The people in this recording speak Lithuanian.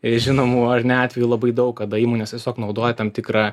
žinomų ar ne atvejų labai daug kada įmonės tiesiog naudoja tam tikrą